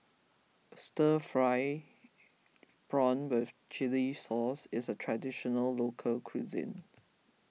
Stir Fried Prawn with Chili Sauce is a Traditional Local Cuisine